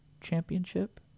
championship